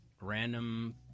random